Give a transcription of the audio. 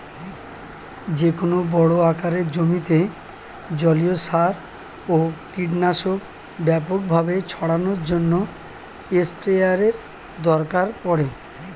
যেকোনো বড় আকারের জমিতে জলীয় সার ও কীটনাশক ব্যাপকভাবে ছড়ানোর জন্য স্প্রেয়ারের দরকার পড়ে